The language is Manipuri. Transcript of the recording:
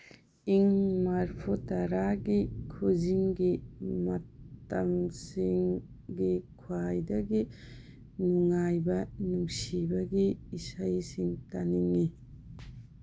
ꯏꯪ ꯃꯔꯐꯨꯇꯔꯥꯒꯤ ꯈꯨꯖꯤꯡꯒꯤ ꯃꯇꯝꯁꯤꯡꯒꯤ ꯈ꯭ꯋꯥꯏꯗꯒꯤ ꯅꯨꯡꯉꯥꯏꯕ ꯅꯨꯡꯁꯤꯕꯒꯤ ꯏꯁꯩꯁꯤꯡ ꯇꯥꯅꯤꯡꯏ